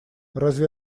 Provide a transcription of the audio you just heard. разве